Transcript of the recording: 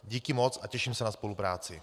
Díky moc a těším se na spolupráci.